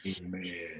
amen